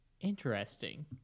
Interesting